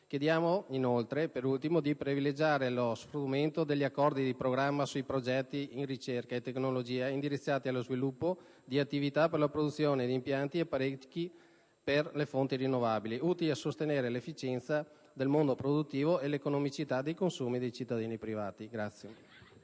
non ritenute proficue; a privilegiare lo strumento degli accordi di programma sui progetti in ricerca e tecnologia indirizzati allo sviluppo di attività per la produzione di impianti e apparecchi per le fonti rinnovabili utili a sostenere l'efficienza del mondo produttivo e l'economicità dei consumi dei privati cittadini.